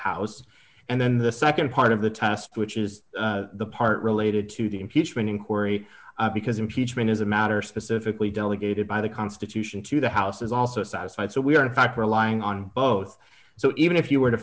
house and then the nd part of the test which is the part related to the impeachment inquiry because impeachment is a matter specifically delegated by the constitution to the house is also satisfied so we are in fact relying on both so even if you were to